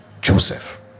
Joseph